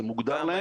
זה מוגדר להם,